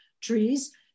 trees